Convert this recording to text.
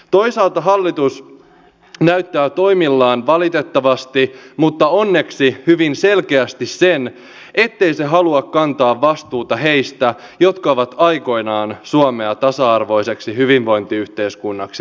toisaalta hallitus näyttää toimillaan valitettavasti mutta onneksi hyvin selkeästi sen ettei se halua kantaa vastuuta heistä jotka ovat aikoinaan suomea tasa arvoiseksi hyvinvointiyhteiskunnaksi rakentaneet